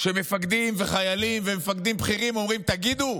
כשמפקדים וחיילים ומפקדים בכירים אומרים: תגידו,